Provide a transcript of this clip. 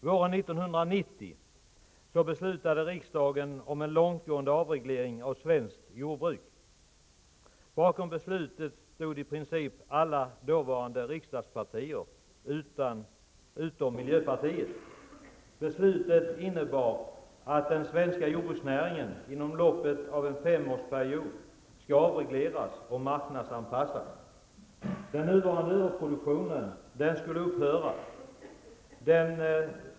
Våren 1990 fattade riksdagen beslut om en långtgående avreglering av svenskt jordbruk. Bakom beslutet stod i princip alla dåvarande riksdagspartier utom miljöpartiet. Beslutet innebar att den svenska jordbruksnäringen inom loppet av en femårsperiod skall avregleras och marknadsanpassas. Den dåvarande överproduktionen skall upphöra.